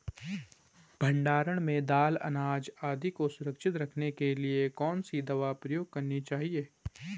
भण्डारण में दाल अनाज आदि को सुरक्षित रखने के लिए कौन सी दवा प्रयोग करनी चाहिए?